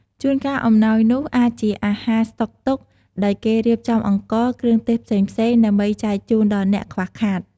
ជូនកាលអំណោយនោះអាចជាអាហារស្តុកទុក ដោយគេរៀបចំអង្ករ គ្រឿងទេសផ្សេងៗ ដើម្បីចែកជូនដល់អ្នកខ្វះខាត។